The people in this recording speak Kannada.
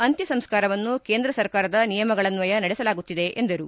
ಅಂತ್ಯ ಸಂಸ್ಕಾರವನ್ನು ಕೇಂದ್ರ ಸರ್ಕಾರದ ನಿಯಮಗಳನ್ವಯ ನಡೆಸಲಾಗುತ್ತಿದೆ ಎಂದರು